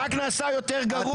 אתה רק נעשה יותר גרוע.